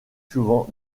souvent